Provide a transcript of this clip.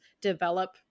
develop